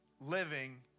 living